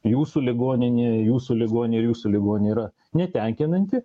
jūsų ligoninėje jūsų ligonė ir jūsų ligonė yra netenkinanti